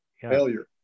failure